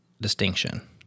distinction